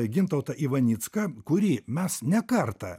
gintautą ivanicką kurį mes ne kartą